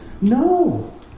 No